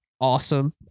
awesome